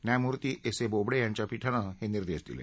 न्यायमूर्ती S A Bobde यांच्या पीठानं हे निर्देश दिले